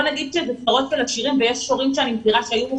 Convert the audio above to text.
בוא נגיד שאלה צרות של עשירים ושיש הורים שהיו מוכנים